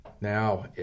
Now